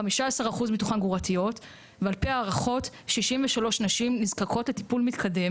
כ-15% מתוכן גרורותיות ועל פי הערכות כ-63 נשים נזקקות לטיפול מתקדם